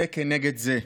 זה כנגד זה,